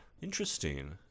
Interesting